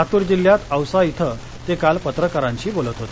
लातूर जिल्ह्यात औसा इथं ते काल पत्रकारांशी बोलत होते